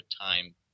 time